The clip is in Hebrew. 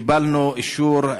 קיבלנו אישור,